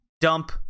Dump